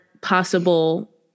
possible